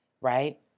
right